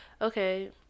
okay